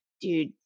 dude